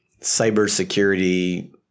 cybersecurity